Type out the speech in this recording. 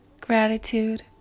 gratitude